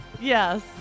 Yes